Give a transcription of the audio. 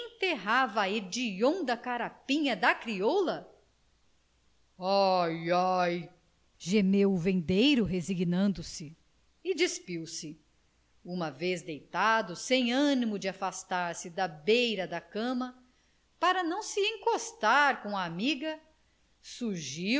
a hedionda carapinha da crioula ai ai gemeu o vendeiro resignando se e despiu-se uma vez deitado sem animo de afastar-se da beira da cama para não se encostar com a amiga surgiu lhe